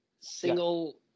single